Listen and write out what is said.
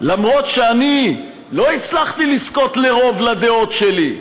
למרות שאני לא הצלחתי לזכות ברוב לדעות שלי,